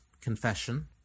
confession